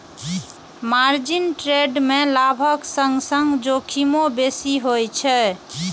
margin trade मे लाभक संग संग जोखिमो बेसी होइ छै